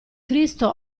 cristo